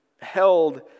held